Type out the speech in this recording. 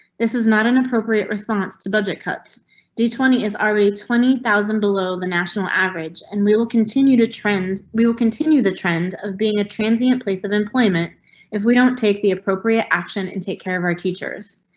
this is not an appropriate response to budget cuts do. twenty is already twenty thousand below the national average and we will continue to trend. will continue the trend of being a transient place of employment if we don't take the appropriate action and take care of our teachers.